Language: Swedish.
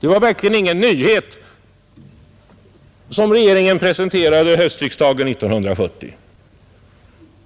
Det var verkligen ingen nyhet som regeringen presenterade höstriksdagen 1970.